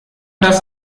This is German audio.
das